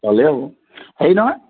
ভালে হ'ল হেৰি নহয়